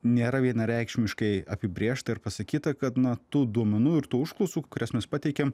nėra vienareikšmiškai apibrėžta ir pasakyta kad na tų duomenų ir tų užklausų kurias mes pateikiam